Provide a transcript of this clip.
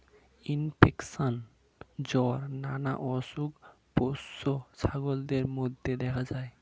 infection, জ্বর নানা অসুখ পোষ্য ছাগলদের মধ্যে দেখা যায়